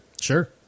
Sure